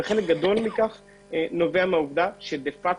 חלק גדול מכך נובע מהעובדה שדה-פאקטו,